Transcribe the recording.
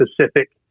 specific